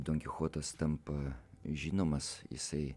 donkichotas tampa žinomas jisai